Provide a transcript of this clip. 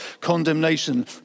condemnation